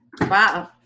Wow